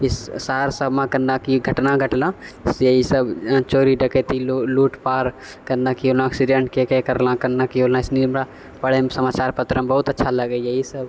इस शहर सबमे कन्ने की घटना घटलँ से इसभ चोरी डकैती लूट पाट कन्ने की होलँ ऐक्सिडेंट के के करलँ कन्ने की होलँ ऐसनी हमरा पढ़यमे समाचार पत्रमे बहुत अच्छा लगैए इसभ